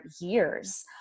years